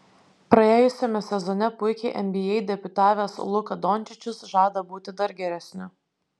praėjusiame sezone puikiai nba debiutavęs luka dončičius žada būti dar geresniu